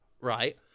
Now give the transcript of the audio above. right